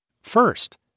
First